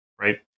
right